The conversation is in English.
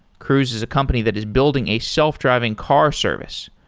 cruise is a company that is building a self-driving car service.